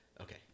Okay